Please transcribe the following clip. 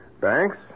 Banks